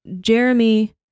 Jeremy